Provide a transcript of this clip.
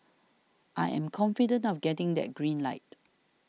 I am confident of getting that green light